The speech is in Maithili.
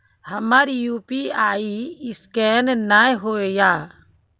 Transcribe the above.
हमर यु.पी.आई ईसकेन नेय हो या?